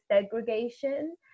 segregation